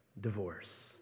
divorce